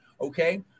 Okay